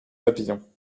papillon